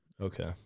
Okay